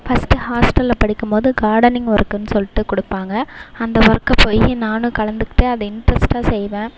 first ஹாஸ்டலில் படிக்கும்போது gardening ஒர்குன்னு சொல்லிட்டு கொடுப்பாங்க அந்த ஒர்கை போய் நானும் கலந்துகிட்டு அதை இன்ரெஸ்டாக செய்வேன்